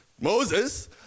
Moses